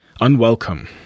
unwelcome